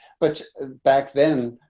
but back then,